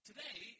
Today